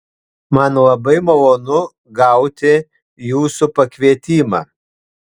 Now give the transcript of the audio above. man labai malonu gauti jūsų pakvietimą